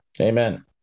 Amen